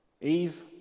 Eve